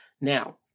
Now